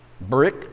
Brick